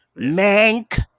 Mank